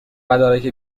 مدارک